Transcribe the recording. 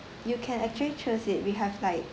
you can actually choose it we have like